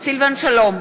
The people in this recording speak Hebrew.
סילבן שלום,